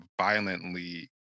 violently